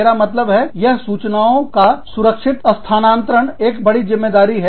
मेरा मतलब है यह सूचनाओं का सुरक्षित स्थानांतरण एक बड़ी ज़िम्मेदारी है